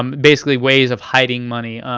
um basically ways of hiding money.